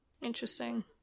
interesting